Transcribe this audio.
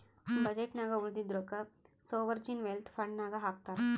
budget ನಾಗ್ ಉಳದಿದ್ದು ರೊಕ್ಕಾ ಸೋವರ್ಜೀನ್ ವೆಲ್ತ್ ಫಂಡ್ ನಾಗ್ ಹಾಕ್ತಾರ್